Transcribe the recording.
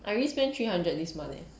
I already spend three hundred this month leh